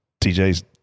TJ's